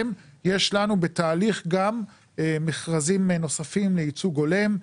יש לנו בתהליך גם מכרזים נוספים לייצוג הולם,